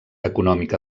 econòmica